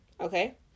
Okay